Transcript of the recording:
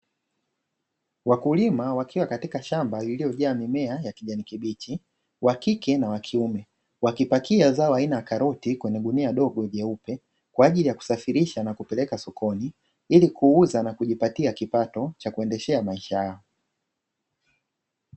Wakulima wakiwa katika shamba lililojaa mimea ya kijani kibichi wa kike na wa kiume, wakipakia zao aina ya karoti kwenye gunia dogo jeupe kwa ajili ya kusafirisha na kupeleka sokoni ili kuuza na kujipatia kipato cha kuendeshea maisha yao.